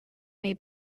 may